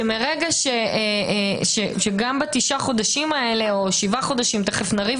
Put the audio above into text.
שמרגע שגם בתשעת החודשים או שבעת החודשי הללו תכף נריב